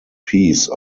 peace